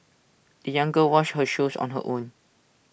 the young girl washed her shoes on her own